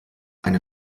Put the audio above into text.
eine